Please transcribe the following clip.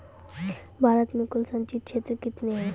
भारत मे कुल संचित क्षेत्र कितने हैं?